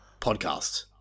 podcast